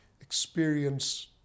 experience